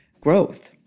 growth